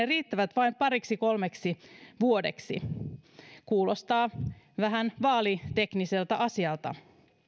riittävät vain pariksi kolmeksi vuodeksi kuulostaa vähän vaalitekniseltä asialta